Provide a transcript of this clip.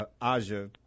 Aja